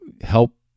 help